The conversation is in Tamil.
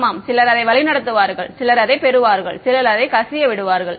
ஆமாம் சிலர் அதை வழிநடத்துவார்கள் சிலர் அதை பெறுவார்கள் சிலர் அதை கசியவிடுவார்கள்